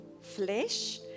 flesh